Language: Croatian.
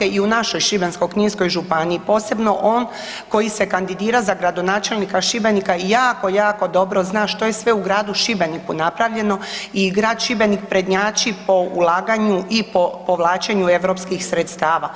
i u našoj Šibensko-kninskoj županiji, posebno on koji se kandidira za gradonačelnika Šibenika i jako, jako dobro zna što je sve u gradu Šibeniku napravljeno i grad Šibenik prednjači po ulaganju i po povlačenju europskih sredstava.